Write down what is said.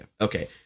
Okay